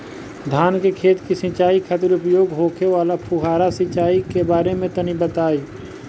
धान के खेत की सिंचाई खातिर उपयोग होखे वाला फुहारा सिंचाई के बारे में तनि बताई?